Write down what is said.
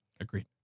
Agreed